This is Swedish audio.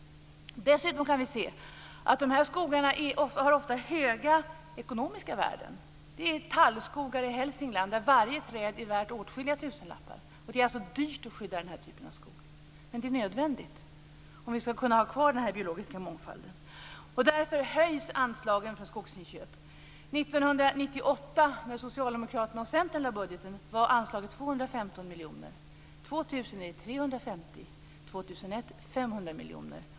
Dessutom kan vi se att de här skogarna ofta har höga ekonomiska värden. Det är tallskogar i Hälsingland där varje träd är värt åtskilliga tusenlappar. Det är alltså dyrt att skydda den här typen av skog. Men det är nödvändigt om vi ska kunna ha kvar den biologiska mångfalden. Därför höjs anslagen för skogsinköp. 1998, när Socialdemokraterna och Centern lade fram budgeten, var anslaget 215 miljoner. År 2000 är det 350 miljoner. År 2001 är det 500 miljoner.